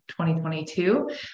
2022